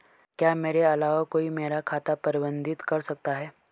क्या मेरे अलावा कोई और मेरा खाता प्रबंधित कर सकता है?